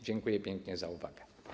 Dziękuję pięknie za uwagę.